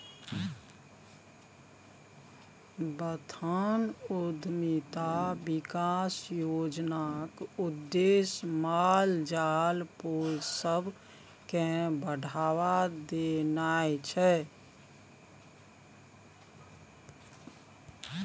बथान उद्यमिता बिकास योजनाक उद्देश्य माल जाल पोसब केँ बढ़ाबा देनाइ छै